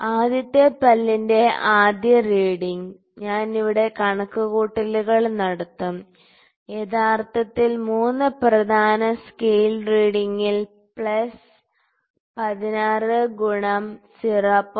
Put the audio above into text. ആദ്യത്തെ പല്ലിന്റെ ആദ്യ റീഡിങ് ഞാൻ ഇവിടെ കണക്കുകൂട്ടലുകൾ നടത്തും യഥാർത്ഥത്തിൽ 3 പ്രധാന സ്കെയിൽ റീഡിംഗിൽ പ്ലസ് 16 ഗുണം 0